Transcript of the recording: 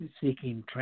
seeking